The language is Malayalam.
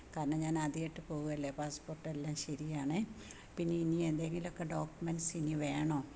കാരണം ഞാനാദ്യമായിട്ടു പോകുകയല്ലേ പാസ്പോര്ട്ടെല്ലാം ശരിയാണേ പിന്നിനി എന്തെങ്കിലൊക്കെ ഡോക്ക്യുമെന്റ്സിനി വേണോ